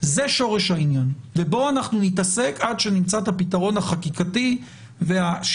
זה שורש העניין ובו אנחנו נתעסק עד שנמצא את הפתרון החקיקתי והשיפוטי.